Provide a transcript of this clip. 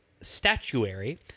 statuary